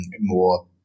more